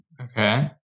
Okay